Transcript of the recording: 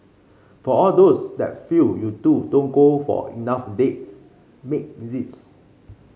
for all those that feel you two don't go for enough dates make this